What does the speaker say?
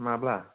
माब्ला